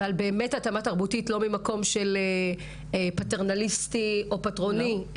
התאמה תרבותית לא ממקום פטרנליסטי או פטרוני,